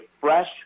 fresh